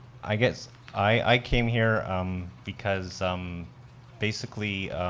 i guess i came here um because um basically,